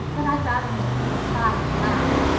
but i'd rather make people cry than laugh.